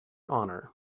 honor